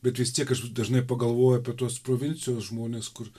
bet vis tiek aš dažnai pagalvoju apie tuos provincijos žmones kur